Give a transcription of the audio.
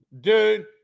Dude